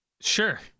Sure